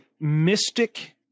Mystic